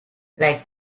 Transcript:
like